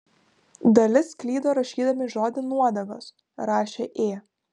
dalis klydo rašydami žodį nuodegos rašė ė